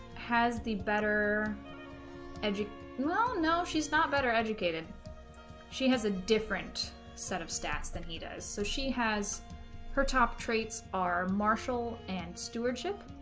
has the better ng well no she's not better educated she has a different set of stats than he does so she has her top traits our martial and stewardship